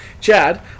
Chad